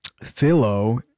Philo